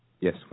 Yes